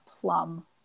plum